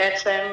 בעצם,